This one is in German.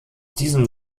diesem